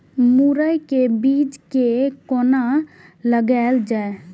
मुरे के बीज कै कोना लगायल जाय?